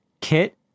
Kit